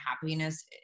happiness